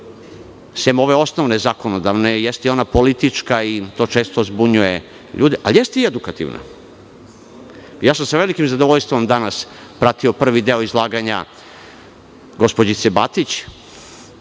sem ove osnovne zakonodavne jeste i ona politička i to često zbunjuje ljude, ali jeste i edukativna. Sa velikim zadovoljstvom sam danas pratio prvi deo izlaganja gospođice Batić